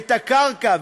את הקרקע,